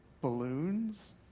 balloons